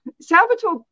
Salvatore